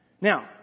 Now